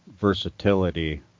versatility